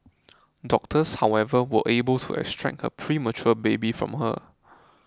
doctors however were able to extract her premature baby from her